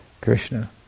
Krishna